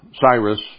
Cyrus